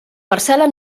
parcel·la